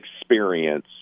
experience